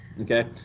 Okay